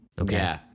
Okay